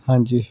ਹਾਂਜੀ